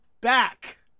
back